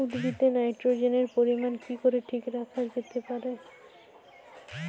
উদ্ভিদে নাইট্রোজেনের পরিমাণ কি করে ঠিক রাখা যেতে পারে?